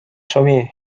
sobi